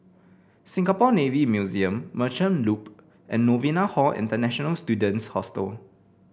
Singapore Navy Museum Merchant Loop and Novena Hall International Students Hostel